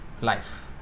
life